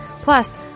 Plus